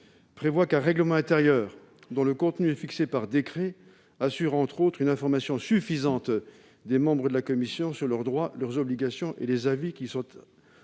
prévoit qu'un règlement intérieur, dont le contenu serait fixé par décret, assure, entre autres choses, une information suffisante des membres de la commission sur leurs droits, leurs obligations et les avis qu'ils